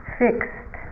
fixed